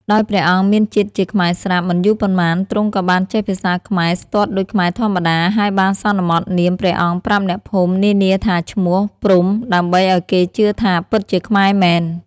ដោយព្រះអង្គមានជាតិជាខ្មែរស្រាប់ មិនយូរប៉ុន្មាន ទ្រង់ក៏បានចេះភាសាខ្មែរស្ទាត់ដូចខ្មែរធម្មតា ហើយបានសន្មតនាមព្រះអង្គប្រាប់អ្នកភូមិនានាថាឈ្មោះ ព្រហ្មដើម្បីឲ្យគេជឿថាពិតជាខ្មែរមែន ។